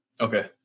Okay